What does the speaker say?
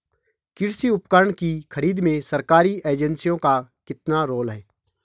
कृषि उपकरण की खरीद में सरकारी एजेंसियों का कितना रोल है?